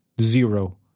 zero